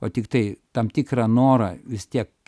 o tiktai tam tikrą norą vis tiek